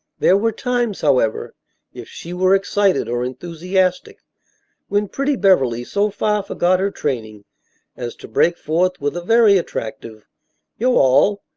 there were times, however if she were excited or enthusiastic when pretty beverly so far forgot her training as to break forth with a very attractive yo' all,